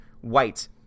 white